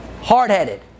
hard-headed